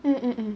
mm mm mm